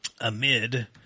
amid